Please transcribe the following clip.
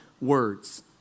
words